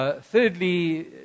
Thirdly